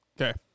Okay